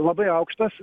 labai aukštas